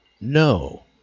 No